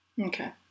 Okay